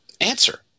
answer